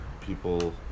people